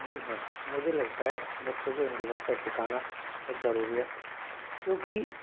जी हाँ मुझे लगता है बच्चों को हिंदी भाषा सिखाना बहुत ज़रूरी है क्योंकि